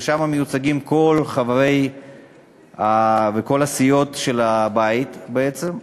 ושם מיוצגים כל חברי הכנסת וכל הסיעות של הבית בעצם,